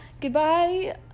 goodbye